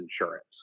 insurance